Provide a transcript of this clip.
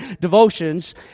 devotions